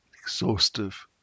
exhaustive